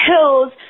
Hills